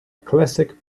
classic